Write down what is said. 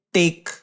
take